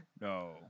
no